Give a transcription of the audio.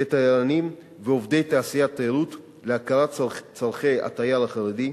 לתיירנים ועובדי תעשיית התיירות להכרת צורכי התייר החרדי.